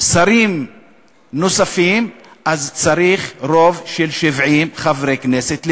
שרים נוספים, צריך רוב של 70 חברי כנסת לפחות,